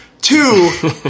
Two